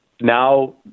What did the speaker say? Now